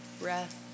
breath